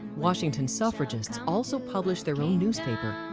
washington suffragists also published their own newspaper,